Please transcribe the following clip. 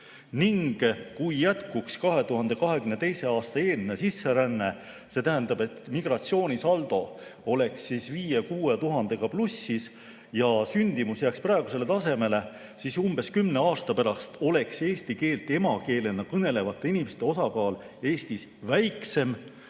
Kui jätkuks 2022. aasta eelne sisseränne, see tähendab, et migratsioonisaldo oleks 5000–6000‑ga plussis ja sündimus jääks praegusele tasemele, siis umbes kümne aasta pärast oleks eesti keelt emakeelena kõnelevate inimeste osakaal Eestis väiksem,